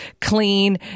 clean